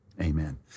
amen